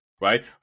right